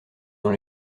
dans